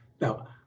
Now